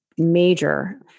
major